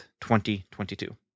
2022